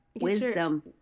wisdom